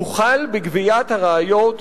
הוחל בגביית הראיות,